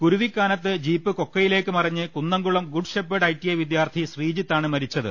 കുരുവിക്കാനത്ത് jeep കൊക്കയി ലേക്ക് മറിഞ്ഞ് കുന്നംകുളം ഗുഡ്ഷെപ്പേർഡ് ഐടിഐ വിദ്യാർഥി ശ്രീജിത്താണ് മരിച്ചത്